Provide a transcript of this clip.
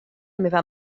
meva